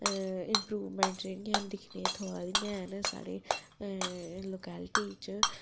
improvement जेह्डियां हैन दिक्खने गी थ्होआ दियां हैन साढ़ी लोकैल्टी च